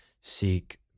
seek